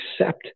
accept